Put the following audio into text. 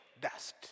dust